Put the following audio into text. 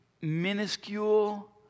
minuscule